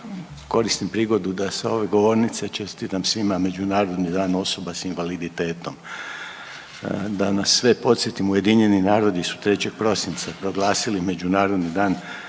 koristim prigodu da sa ove govornice čestitam svima Međunarodni dan osoba s invaliditetom. Da nas sve podsjetimo, UN su 3. prosinca proglasili Međunarodni dan